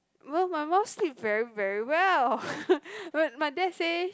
even my mum sleep very very well my my dad say